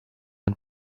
and